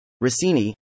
Rossini